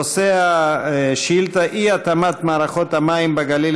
נושא השאילתה: אי-התאמת מערכות המים בגליל